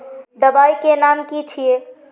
दबाई के नाम की छिए?